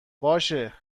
باشه